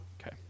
Okay